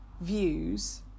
views